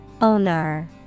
Owner